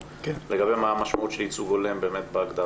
לגבי מה המשמעות של ייצוג הולם בהגדרה,